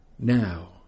Now